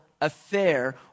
affair